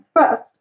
first